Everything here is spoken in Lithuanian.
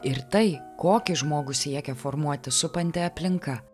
ir tai kokį žmogų siekia formuoti supanti aplinka